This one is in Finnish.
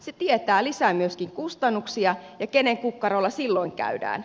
se tietää lisää myöskin kustannuksia ja kenen kukkarolla silloin käydään